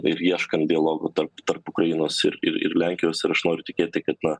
ir ieškant dialogo tarp tarp ukrainos ir ir ir lenkijos ir aš noriu tikėt tai kad na